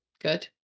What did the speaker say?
good